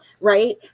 right